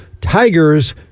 tigers